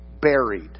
buried